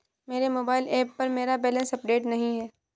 मेरे mobile app पर मेरा बैलेंस अपडेट नहीं है